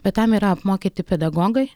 bet tam yra apmokyti pedagogai